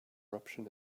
eruption